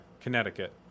connecticut